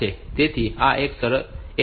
તેથી આ એક ખાસ સૂચના છે